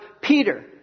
Peter